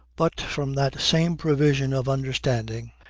but from that same provision of understanding,